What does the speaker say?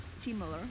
similar